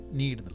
need